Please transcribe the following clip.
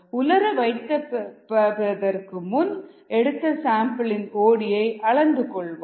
உலர வைப்பதற்கு முன் எடுத்த சாம்பிள் இன் ஓடி ஐ அளந்து கொள்வோம்